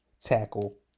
tackle